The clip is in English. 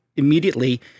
Immediately